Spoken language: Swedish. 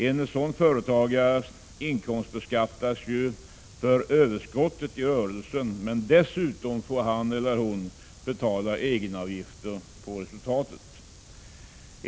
En sådan företagare inkomstbeskattas ju för överskottet i rörelsen, men dessutom får han eller hon betala egenavgifter på resultatet.